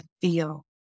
feel